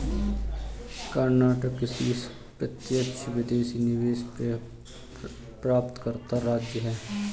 कर्नाटक शीर्ष प्रत्यक्ष विदेशी निवेश प्राप्तकर्ता राज्य है